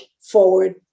forward